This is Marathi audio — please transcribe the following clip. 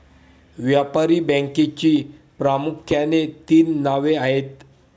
व्यापारी बँकेची प्रामुख्याने तीन नावे आहेत